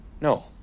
No